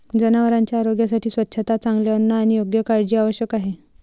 जनावरांच्या आरोग्यासाठी स्वच्छता, चांगले अन्न आणि योग्य काळजी आवश्यक आहे